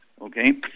Okay